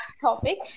topic